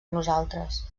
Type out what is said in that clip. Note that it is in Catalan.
nosaltres